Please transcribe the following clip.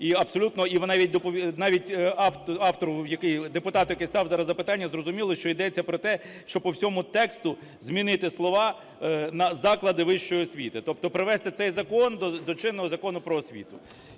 і навіть автор, депутат, який ставить зараз запитання, зрозуміло, що йдеться про те, що по всьому тексту змінити слова на "заклади вищої освіти". Тобто привести цей закон до чинного Закону "Про освіту".